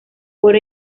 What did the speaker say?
por